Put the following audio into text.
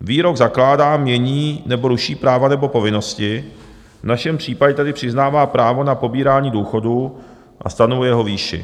Výrok zakládá, mění nebo ruší práva nebo povinnosti, v našem případě tedy přiznává právo na pobírání důchodu a stanovuje jeho výši.